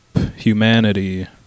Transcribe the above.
humanity